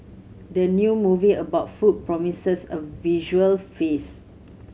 the new movie about food promises a visual feast